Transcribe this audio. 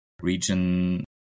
region